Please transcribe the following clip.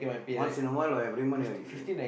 once in a while or every month you are giving